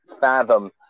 fathom